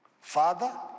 Father